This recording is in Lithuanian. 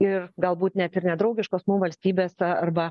ir galbūt net ir nedraugiškos valstybės arba